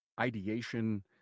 ideation